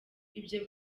ibyo